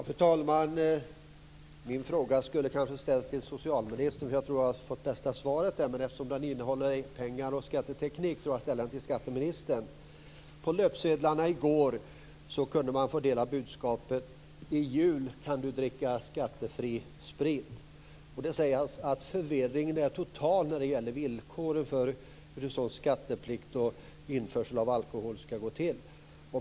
Fru talman! Min fråga kanske skulle ha ställts till socialministern. Jag tror att jag hade fått det bästa svaret då. Men eftersom den också gäller pengar och skatteteknik får jag ställa den till skatteministern. På löpsedlarna i går kunde man ta del av budskapet: I jul kan du dricka skattefri sprit. Det får sägas att förvirringen är total när det gäller villkoren för skatteplikten och för hur införsel av alkohol skall gå till.